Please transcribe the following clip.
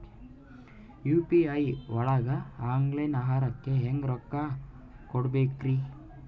UPI ಒಳಗ online ಆಹಾರಕ್ಕೆ ಹೆಂಗ್ ರೊಕ್ಕ ಕೊಡಬೇಕ್ರಿ?